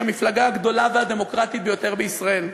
שהיא המפלגה הגדולה והדמוקרטית ביותר בישראל.